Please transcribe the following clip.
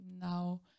now